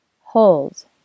Hold